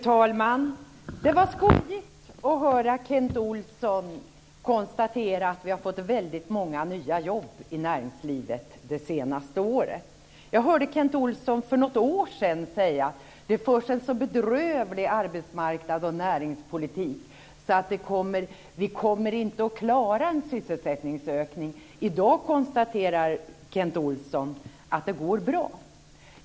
Fru talman! Det var skojigt att höra Kent Olsson konstatera att vi har fått väldigt många nya jobb i näringslivet det senaste året. Jag hörde Kent Olsson för något år sedan säga att det förs en så bedrövlig arbetsmarknads och näringspolitik att vi inte kommer att klara en sysselsättningsökning. I dag konstaterar Kent Olsson att det går bra.